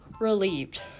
relieved